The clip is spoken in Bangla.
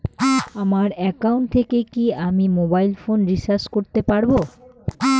আমার একাউন্ট থেকে কি আমি মোবাইল ফোন রিসার্চ করতে পারবো?